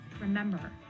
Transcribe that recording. Remember